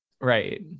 right